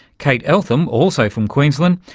kate eltham also from queensland,